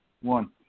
One